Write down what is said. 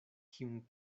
kiun